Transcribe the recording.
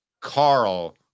Carl